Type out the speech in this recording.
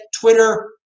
Twitter